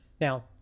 Now